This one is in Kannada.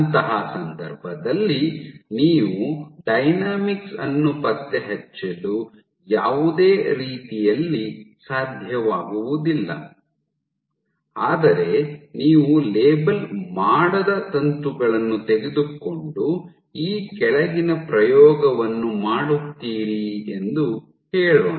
ಅಂತಹ ಸಂದರ್ಭದಲ್ಲಿ ನೀವು ಡೈನಾಮಿಕ್ಸ್ ಅನ್ನು ಪತ್ತೆಹಚ್ಚಲು ಯಾವುದೇ ರೀತಿಯಲ್ಲಿ ಸಾಧ್ಯವಾಗುವುದಿಲ್ಲ ಆದರೆ ನೀವು ಲೇಬಲ್ ಮಾಡದ ತಂತುಗಳನ್ನು ತೆಗೆದುಕೊಂಡು ಈ ಕೆಳಗಿನ ಪ್ರಯೋಗವನ್ನು ಮಾಡುತ್ತೀರಿ ಎಂದು ಹೇಳೋಣ